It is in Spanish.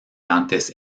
antes